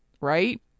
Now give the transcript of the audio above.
right